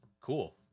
cool